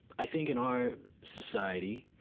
i think in our society,